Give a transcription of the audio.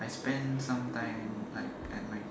I spend some time like at my